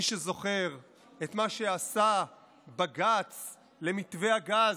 מי שזוכר את מה שעשה בג"ץ למתווה הגז,